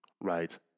right